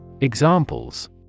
Examples